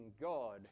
God